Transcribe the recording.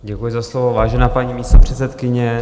Děkuji za slovo, vážená paní místopředsedkyně.